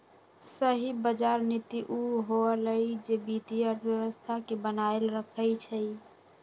सही बजार नीति उ होअलई जे वित्तीय अर्थव्यवस्था के बनाएल रखई छई